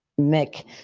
Mick